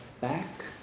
back